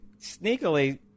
sneakily